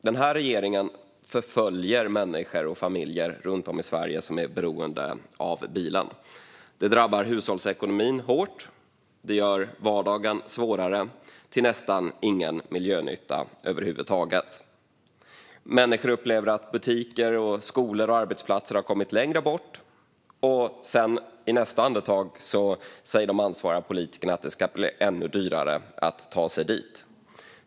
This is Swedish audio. Den här regeringen förföljer människor och familjer runt om i Sverige som är beroende av bilen. Det drabbar hushållsekonomin hårt och gör vardagen svårare till nästan ingen miljönytta alls. Människor upplever att butiker, skolor och arbetsplatser har hamnat längre bort, och i nästa andetag säger de ansvariga politikerna att det ska bli ännu dyrare att ta sig dit.